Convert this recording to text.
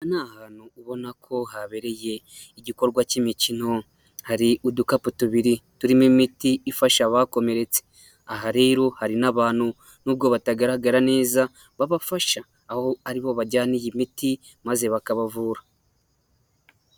Aha ni ahantu ubona ko habereye igikorwa cy'imikino, hari udukapu tubiri turimo imiti ifasha abakomeretse. Aha rero hari n'abantu nubwo batagaragara neza babafasha, aho ari bo bajyana iyi miti maze bakabavura.